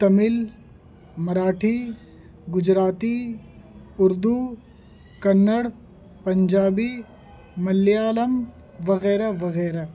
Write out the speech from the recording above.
تمل مراٹھی گجراتی اردو کنڑ پنجابی ملیالم وغیرہ وغیرہ